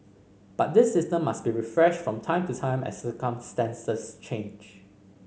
but this system must be refreshed from time to time as circumstances change